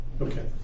Okay